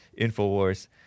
InfoWars